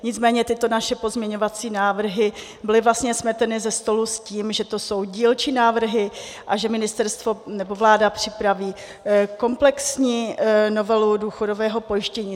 Nicméně tyto naše pozměňovací návrhy byly vlastně smeteny ze stolu s tím, že to jsou dílčí návrhy a že ministerstvo nebo vláda připraví komplexní novelu důchodového pojištění.